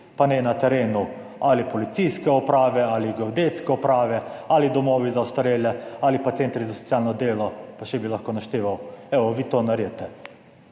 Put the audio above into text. pa naj na terenu ali policijske uprave ali geodetske uprave ali domovi za ostarele ali pa centri za socialno delo, pa še bi lahko našteval, evo, vi to naredite.